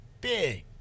big